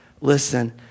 Listen